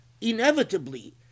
Inevitably